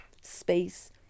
space